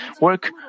work